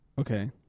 Okay